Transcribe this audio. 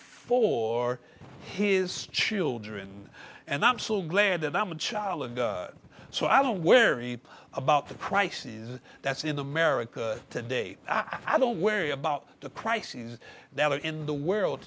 for his children and i'm so glad that i'm a child and so i don't worry about the crisis that's in america today i don't worry about the crises that are in the world